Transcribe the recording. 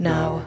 Now